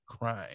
crying